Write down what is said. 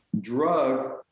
drug